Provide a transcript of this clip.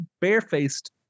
barefaced